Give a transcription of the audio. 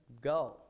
go